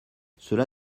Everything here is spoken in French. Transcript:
cela